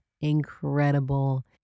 incredible